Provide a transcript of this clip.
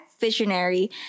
visionary